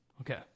Okay